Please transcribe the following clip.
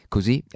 Così